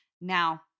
Now